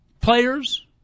players